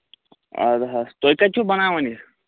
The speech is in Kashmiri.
اَدٕ حظ تُہۍ کَتہِ چھِو بَناوان یہِ